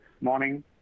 morning